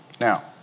Now